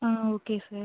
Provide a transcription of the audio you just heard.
ah okay sir